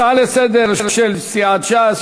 הצעה לסדר-היום של סיעת ש"ס,